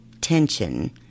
tension